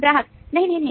ग्राहक नहीं नहीं नहीं